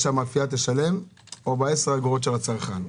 שהמאפיה תשלם או בזה שהצרכן ישלם 10 אגורות.